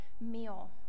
meal